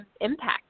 impact